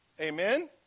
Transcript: Amen